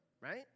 right